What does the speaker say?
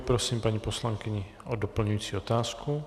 Prosím paní poslankyni o doplňující otázku.